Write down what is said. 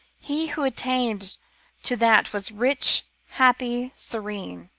he who attained to that was rich, happy, serene.